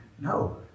No